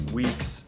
weeks